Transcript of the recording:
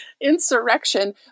insurrection